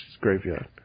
graveyard